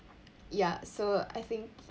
ya so I think